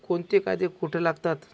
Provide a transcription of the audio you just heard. कोणते कायदे कुठे लागतात